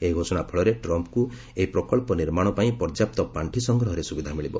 ଏହି ଘୋଷଣା ଫଳରେ ଟ୍ରମ୍ଫ୍ଙ୍କୁ ଏହି ପ୍ରକଳ୍ପ ନିର୍ମାଣ ପାଇଁ ପର୍ଯ୍ୟାପ୍ତ ପାଣ୍ଠି ସଂଗ୍ରହରେ ସୁବିଧା ମିଳିବ